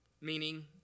meaning